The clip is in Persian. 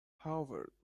هاورد